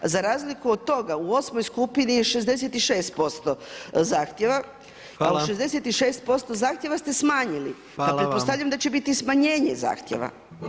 Za razliku od toga u osmoj skupini je 66% zahtjeva, od 66% zahtjeva ste smanjili pa pretpostavljam da će biti smanjenje zahtjeva.